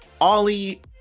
Ollie